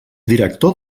director